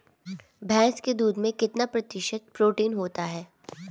भैंस के दूध में कितना प्रतिशत प्रोटीन होता है?